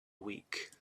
week